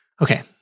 Okay